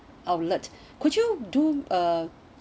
outlet could you do uh